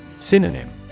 Synonym